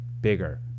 bigger